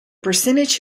percentage